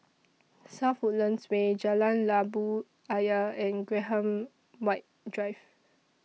South Woodlands Way Jalan Labu Ayer and Graham White Drive